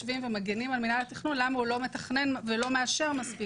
מגנים על מינהל התכנון למה הוא לא מתכנן ומאשר מספיק,